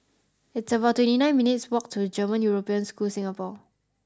it's about twenty nine minutes' walk to German European School Singapore